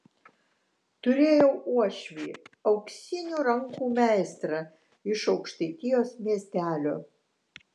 turėjau uošvį auksinių rankų meistrą iš aukštaitijos miestelio